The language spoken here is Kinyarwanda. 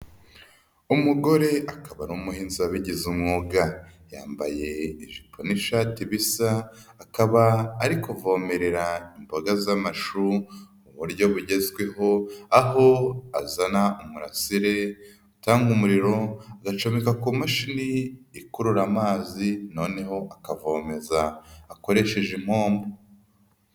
Umugore akaba ari umuhinzi wabigize umwuga, yambaye ijipo n'ishati bisa akaba ari kuvomerera imboga z'amashu mu buryo bugezweho, aho azana umurasire utanga umuriro agacomeka ku mashini ikurura amazi noneho akavomeza akoresheje impombo.